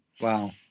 wow